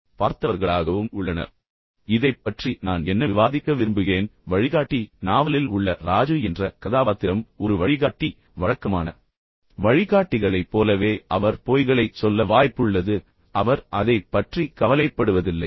இப்போது இதைப் பற்றி நான் என்ன விவாதிக்க விரும்புகிறேன் வழிகாட்டி வழிகாட்டி நாவலில் உள்ள ராஜு என்ற கதாபாத்திரம் உண்மையில் ஒரு வழிகாட்டி மற்றும் வழக்கமான வழிகாட்டிகளைப் போலவே அவர் பொய்களைச் சொல்ல வாய்ப்புள்ளது அவர் அதைப் பற்றி கவலைப்படுவதில்லை